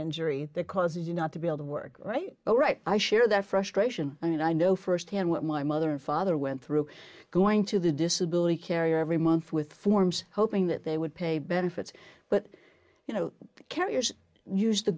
injury that causes you not to be able to work right all right i share that frustration and i know firsthand what my mother and father went through going to the disability carrier every month with forms hoping that they would pay benefits but you know